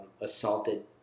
assaulted